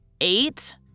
eight